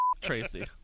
Tracy